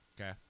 Okay